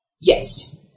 Yes